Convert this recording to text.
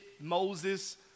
Moses